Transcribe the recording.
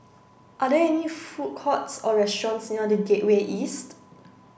are there any food courts or restaurants near The Gateway East